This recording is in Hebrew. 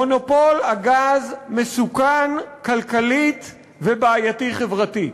מונופול הגז מסוכן כלכלית ובעייתי חברתית.